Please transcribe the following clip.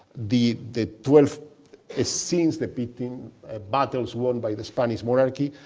the the twelve scenes depicting battles won by the spanish monarchy,